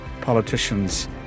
politicians